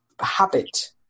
habit